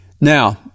Now